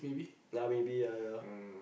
ya maybe ya ya